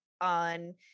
on